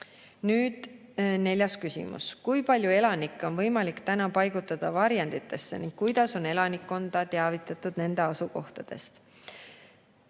Neljas küsimus: "Kui palju elanikke on võimalik täna paigutada varjenditesse ning kuidas on elanikkonda teavitatud nende asukohtadest?"